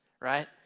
right